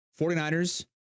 49ers